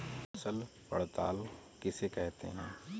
फसल पड़ताल किसे कहते हैं?